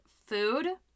food